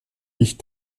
ich